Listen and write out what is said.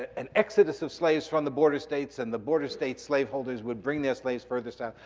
an exodus of slaves from the border states. and the border state slaveholders would bring their slaves farther south.